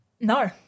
No